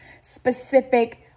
specific